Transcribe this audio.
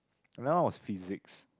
another one was physics